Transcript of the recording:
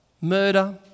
murder